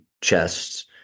chests